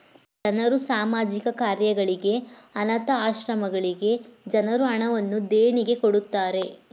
ಜನರು ಸಾಮಾಜಿಕ ಕಾರ್ಯಗಳಿಗೆ, ಅನಾಥ ಆಶ್ರಮಗಳಿಗೆ ಜನರು ಹಣವನ್ನು ದೇಣಿಗೆ ಕೊಡುತ್ತಾರೆ